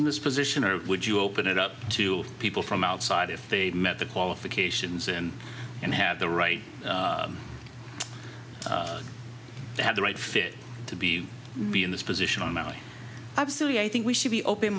to this position or would you open it up to people from outside if they met the qualifications and and have the right to have the right fit to be be in this position i'm only absolutely i think we should be open